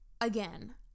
Again